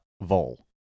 vol